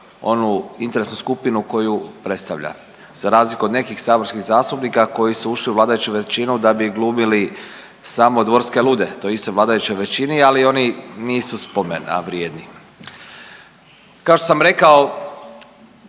onu interesnu skupinu koju predstavlja za razliku od nekih saborskih zastupnika koji su ušli u vladajuću većinu da bi glumili samo dvorske lude. To je isto u vladajućoj većini, ali oni nisu spomena vrijedni. Kao što sam rekao